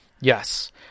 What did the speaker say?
Yes